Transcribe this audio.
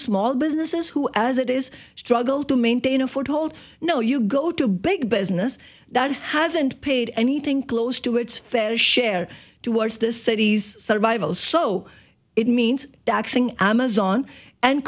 small businesses who as it is struggle to maintain a foothold no you go to big business that hasn't paid anything close to its fair share to worse the city's survival so it means that amazon and